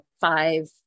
five